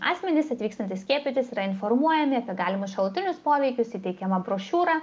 asmenys atvykstantys skiepytis yra informuojami apie galimus šalutinius poveikius įteikiama brošiūra